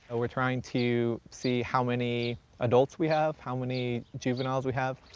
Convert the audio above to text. we're trying to see how many adults we have, how many juveniles we have.